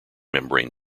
membrane